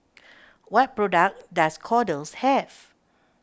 what products does Kordel's have